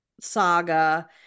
saga